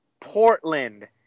Portland